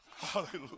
Hallelujah